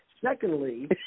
Secondly